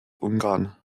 ungarn